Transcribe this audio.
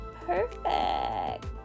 Perfect